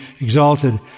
exalted